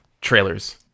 trailers